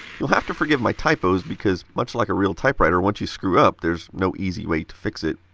you'll have to forgive my typos, because much like a real typewriter, once you screw up there is no easy way to fix it.